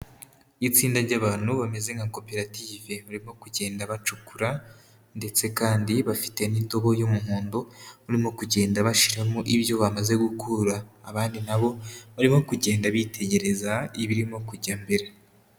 Itsinda ry'abantu bameze nka koperative barimo kugenda bacukura ndetse kandi bafite n'indobo y'umuhondo, barimo kugenda bashiramo ibyo bamaze gukura, abandi nabo barimo kugenda bitegereza ibirimo kujya mbere.